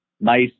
nice